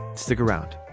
stick around